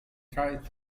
tries